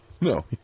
no